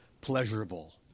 pleasurable